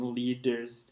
leaders